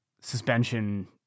suspension